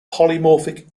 polymorphic